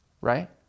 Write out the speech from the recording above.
right